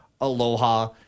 Aloha